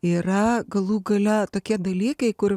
yra galų gale tokie dalykai kur